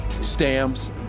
Stamps